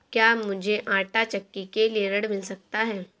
क्या मूझे आंटा चक्की के लिए ऋण मिल सकता है?